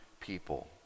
people